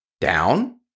Down